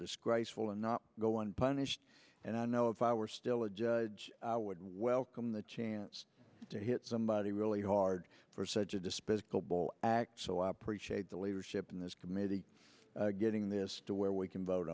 disgraceful and not go unpunished and i know if i were still a judge i would welcome the chance to hit somebody really hard for such a despicable act so i appreciate the leadership in this committee getting this to where we can vote